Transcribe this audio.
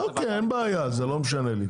אוקי אין בעיה, זה לא משנה לי.